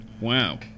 Wow